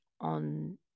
on